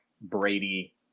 Brady